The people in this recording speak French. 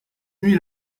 nuit